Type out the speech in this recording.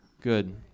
Good